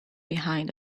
behind